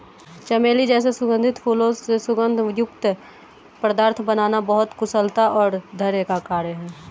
चमेली जैसे सुगंधित फूलों से सुगंध युक्त पदार्थ बनाना बहुत कुशलता और धैर्य का कार्य है